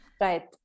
Right